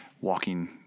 walking